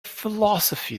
philosophy